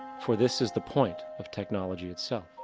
for this is the point of technology itself.